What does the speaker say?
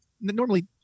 Normally